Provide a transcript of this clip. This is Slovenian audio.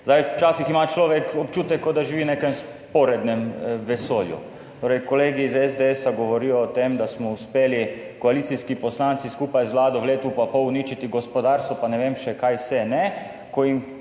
Včasih ima človek občutek, kot da živi v nekem vzporednem vesolju. Kolegi iz SDS govorijo o tem, da smo uspeli koalicijski poslanci skupaj z vlado v letu pa pol uničiti gospodarstvo, pa ne vem, kaj še vse. Ko jim